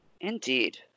Indeed